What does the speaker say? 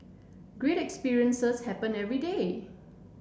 great experiences happen every day